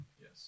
Yes